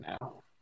now